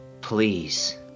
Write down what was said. please